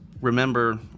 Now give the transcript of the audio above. remember